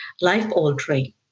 life-altering